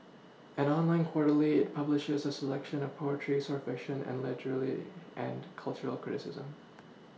an online quarterly it publishes a selection of poetry short fiction and literary and cultural criticism